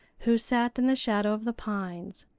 who sat in the shadow of the pines,